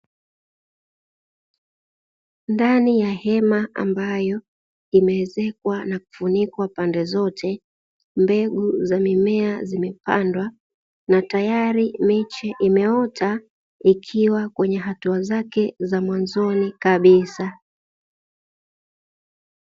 Ndani ya hema ambayo imeezekwa na kufunikwa pande zote. Mbegu za mimea zimepandwa na tayari miche imeota ikiwa kwenye hatua zake za mwanzoni kabisa.